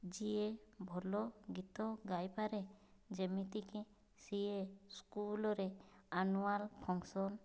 ଯିଏ ଭଲ ଗୀତ ଗାଇ ପାରେ ଯେମିତିକି ସିଏ ସ୍କୁଲରେ ଅନୁଆଲ ଫଙ୍କସନ